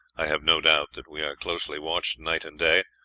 i have no doubt that we are closely watched night and day,